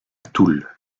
toul